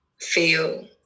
feel